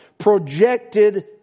projected